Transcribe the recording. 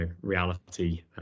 reality